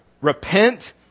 repent